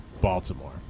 Baltimore